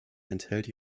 enthält